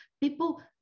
people